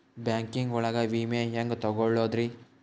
Banking ಒಳಗ ವಿಮೆ ಹೆಂಗ್ ತೊಗೊಳೋದ್ರಿ?